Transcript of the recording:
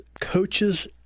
coaches